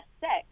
sex